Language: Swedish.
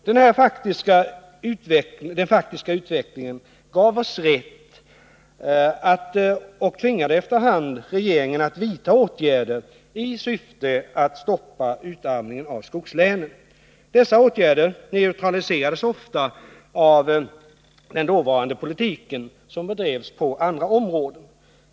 Den faktiska utvecklingen gav oss rätt och tvingade efter hand regeringen att vidta åtgärder i syfte att stoppa utarmningen av skogslänen. Dessa åtgärder neutraliserades dock ofta av den dåvarande politiken som bedrevs på andra områden.